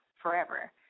forever